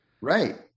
Right